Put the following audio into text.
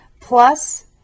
plus